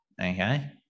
Okay